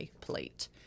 plate